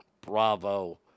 Bravo